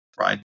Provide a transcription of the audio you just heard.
right